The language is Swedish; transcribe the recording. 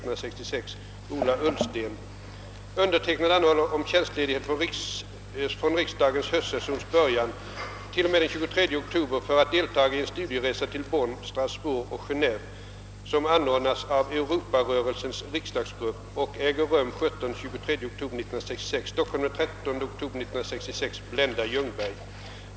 Undertecknad anhåller om tjänstledighet från höstessionens början t.o.m. den 23 oktober för att deltaga i den studieresa till Bonn, Strasbourg och Genéve som anordnas av Europarörelsens riksdagsgrupp och äger rum 17— 23 oktober.